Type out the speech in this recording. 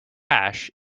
hash